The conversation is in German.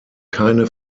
keine